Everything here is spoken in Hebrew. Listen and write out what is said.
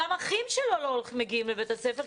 גם האחים שלו לא מגיעים לבית הספר.